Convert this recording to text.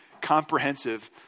comprehensive